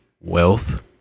wealth